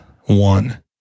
one